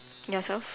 yourself